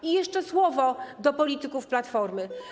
I jeszcze słowo do polityków Platformy.